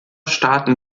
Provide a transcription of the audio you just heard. staaten